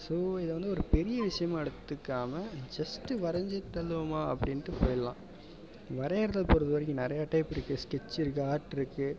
so இதை வந்து ஒரு பெரிய விஷயமாக எடுத்துக்காமல் ஜஸ்ட்டு வரைஞ்சு தள்ளுவோமா அப்படின்ட்டு போய்ரலாம் வரையறதை பொறுத்தவரைக்கும் நிறைய டைப்பு இருக்குது ஸ்கெட்ச்சு இருக்குது ஆர்ட் இருக்குது